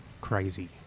crazy